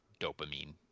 dopamine